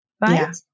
Right